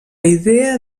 idea